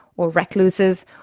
or recluses,